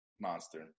monster